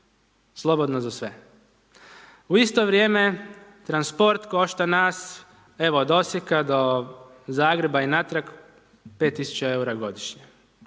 slobodno za sve. U isto vrijeme, transport košta nas evo od Osijeka do Zagreba i natrag, 5000 eura godišnje.